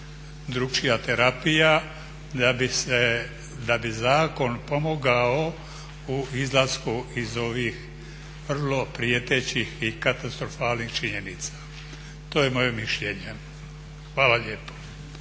drukčija terapija da bi zakon pomogao u izlasku iz ovih vrlo prijetećih i katastrofalnih činjenica. To je moje mišljenje. Hvala lijepo.